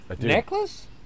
necklace